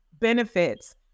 benefits